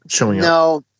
No